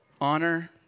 Honor